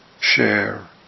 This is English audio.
share